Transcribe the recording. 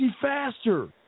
faster